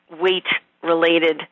weight-related